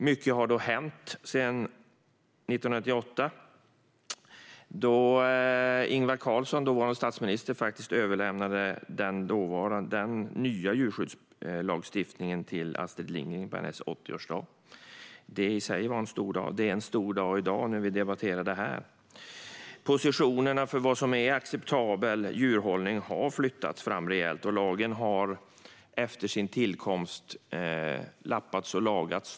Mycket har hänt sedan 1988, när den dåvarande statsministern Ingvar Carlsson överlämnade den nya djurskyddslagstiftningen till Astrid Lindgren på hennes 80-årsdag. Det i sig var en stor dag, och det är en stor dag i dag när vi debatterar detta. Positionerna för vad som är acceptabel djurhållning har flyttats fram rejält, och lagen har efter sin tillkomst lappats och lagats.